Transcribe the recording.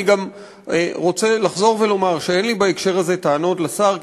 אני גם רוצה לחזור ולומר שאין לי בהקשר הזה טענות לשר,